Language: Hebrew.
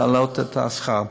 להעלות את השכר,